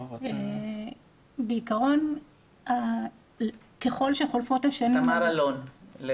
בעקרון ככל שחולפות השנים אנחנו